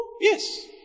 Yes